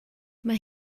mae